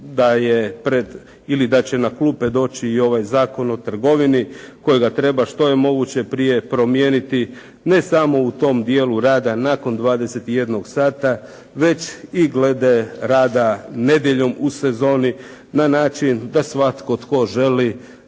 da će na klupe doći i ovaj Zakon o trgovini kojega treba što je moguće prije promijeniti ne samo u tom dijelu rada nakon 21 sata već i glede rada nedjeljom u sezoni na način da svatko tko želi